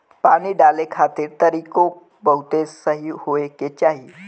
पानी डाले खातिर तरीकों बहुते सही होए के चाही